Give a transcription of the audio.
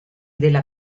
della